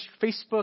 Facebook